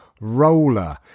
Roller